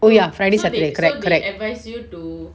oh ya friday saturday correct